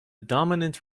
dominant